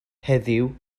heddiw